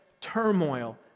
turmoil